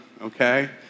okay